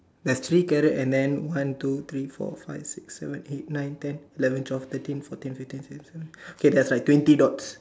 there's three carrot and then one two three four five six seven eight nine ten eleven twelve thirteen fourteen fifteen sixteen seventeen okay there's like twenty dots